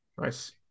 nice